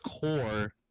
core